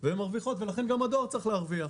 לכן הדואר גם צריך להרוויח.